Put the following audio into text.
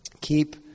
keep